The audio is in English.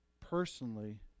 personally